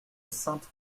sainte